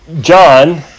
John